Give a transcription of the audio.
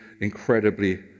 incredibly